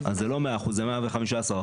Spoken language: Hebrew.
אז זה לא 100 אחוזים, זה 115 אחוזים.